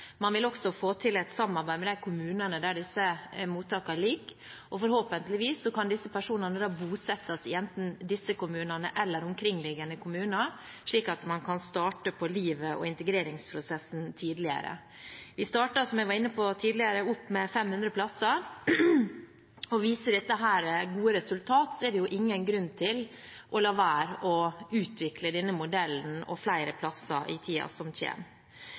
Man vil også få til et samarbeid med de kommunene der disse mottakene ligger, og forhåpentligvis kan disse personene da bosettes i enten disse kommunene eller omkringliggende kommuner, slik at man kan starte på livet og integreringsprosessen tidligere. Vi startet, som jeg var inne på tidligere, opp med 500 plasser, og viser dette gode resultat, er det ingen grunn til å la være å utvikle denne modellen og flere plasser i tiden som